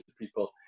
people